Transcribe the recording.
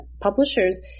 publishers